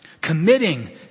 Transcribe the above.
committing